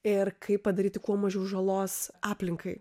ir kaip padaryti kuo mažiau žalos aplinkai